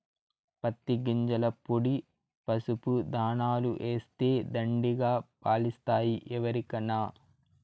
పత్తి గింజల పొడి పసుపు దాణాల ఏస్తే దండిగా పాలిస్తాయి ఎరికనా